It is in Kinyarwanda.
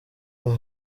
haba